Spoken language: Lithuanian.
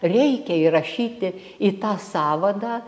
reikia įrašyti į tą sąvadą